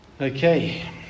Okay